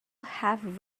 have